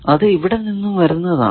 അത് ഇവിടെ നിന്നും വരുന്നതാണ്